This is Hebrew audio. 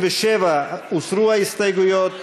אמרתי כנוסח הוועדה, אדוני.